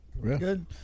Good